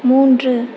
மூன்று